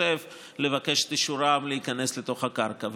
שוטף לבקש את אישורם להיכנס לתוך הקרקע.